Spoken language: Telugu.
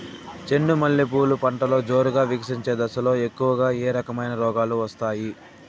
చెండు మల్లె పూలు పంటలో జోరుగా వికసించే దశలో ఎక్కువగా ఏ రకమైన రోగాలు సోకుతాయి?